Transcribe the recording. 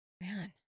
man